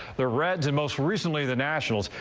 the reds and most recently the nationals,